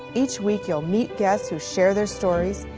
each week you'll meet guests who share their stories,